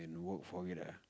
and work forget ah